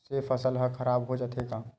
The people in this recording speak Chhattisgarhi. से फसल ह खराब हो जाथे का?